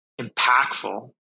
impactful